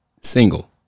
single